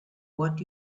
what